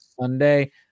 sunday